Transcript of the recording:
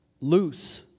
loose